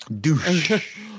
douche